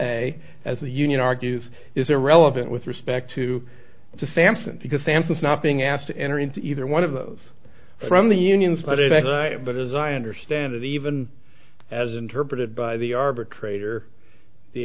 a as the union argues is irrelevant with respect to the sampson because samples not being asked to enter into either one of those from the unions but it but as i understand it even as interpreted by the arbitrator the